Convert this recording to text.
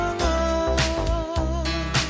love